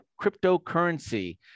cryptocurrency